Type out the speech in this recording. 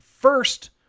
first